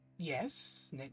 Yes